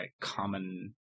common